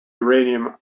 uranium